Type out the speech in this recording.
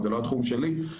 זה לא התחום שלי,